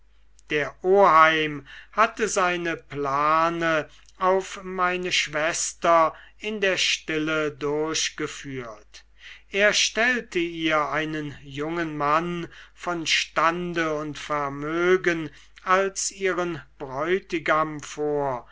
der oheim hatte seine plane auf meine schwester in der stille durchgeführt er stellte ihr einen jungen mann von stande und vermögen als ihren bräutigam vor